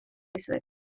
dizuet